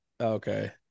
Okay